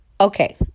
Okay